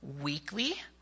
Weekly